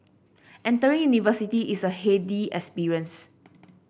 entering university is a heady experience